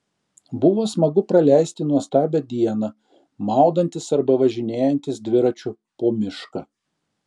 buvo smagu praleisti nuostabią dieną maudantis arba važinėjantis dviračiu po mišką